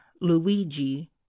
Luigi